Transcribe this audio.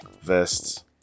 vests